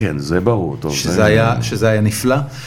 כן, זה ברור, טוב. שזה היה נפלא.